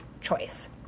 choice